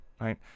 right